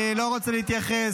אני לא רוצה להתייחס,